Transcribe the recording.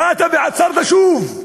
באת ועצרת שוב,